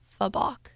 Fabak